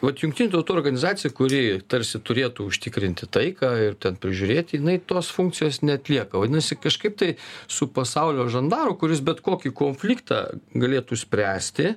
vat jungtinių tautų organizacija kuri tarsi turėtų užtikrinti taiką ir ten prižiūrėti jinai tos funkcijos neatlieka vadinasi kažkaip tai su pasaulio žandaru kuris bet kokį konfliktą galėtų spręsti